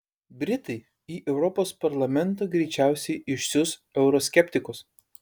britai į europos parlamentą greičiausiai išsiųs euroskeptikus